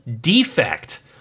defect